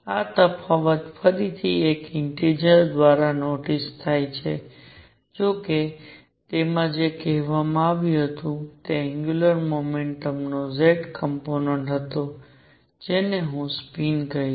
આ તફાવત ફરીથી એક ઇન્ટેજર દ્વારા નોટિસ થાય છે જો કે તેમાં જે કહેવામાં આવ્યું તે એંગ્યુલર મોમેન્ટમ નો z કોમ્પોનેંટ હતો જેને હું સ્પિન કહીશ